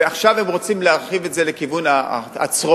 ועכשיו הם רוצים להרחיב את זה לכיוון הצרורות,